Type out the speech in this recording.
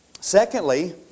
Secondly